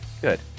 Good